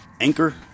anchor